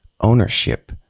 ownership